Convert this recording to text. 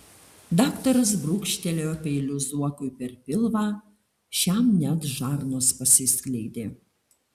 daktaras brūkštelėjo peiliu zuokui per pilvą šiam net žarnos pasiskleidė